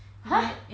!huh!